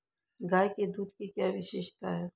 गाय के दूध की क्या विशेषता है?